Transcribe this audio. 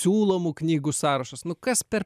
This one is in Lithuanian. siūlomų knygų sąrašas nu kas per